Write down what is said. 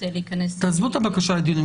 להיכנס --- תעזבו את הבקשה לדיונים.